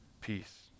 peace